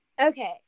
Okay